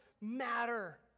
matter